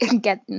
get –